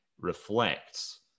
reflects